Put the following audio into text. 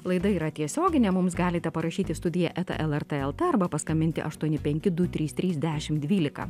laida yra tiesioginė mums galite parašyti studija eta lrt lt arba paskambinti aštuoni penki du trys trys dešim dvylika